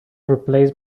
replaced